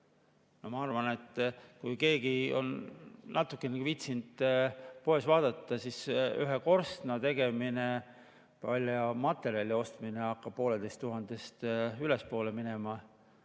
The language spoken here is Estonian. Ma arvan, et kui keegi on natukenegi viitsinud poes vaadata, siis ühe korstna tegemine, palja materjali ostmine hakkab poolteisest tuhandest ülespoole minema.